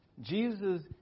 Jesus